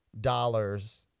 dollars